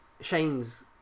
Shane's